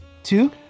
Two